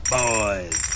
boys